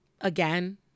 again